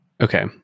Okay